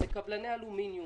זה קבלני אלומיניום,